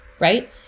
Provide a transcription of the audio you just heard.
right